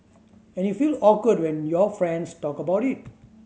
and you feel awkward when your friends talk about it